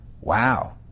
Wow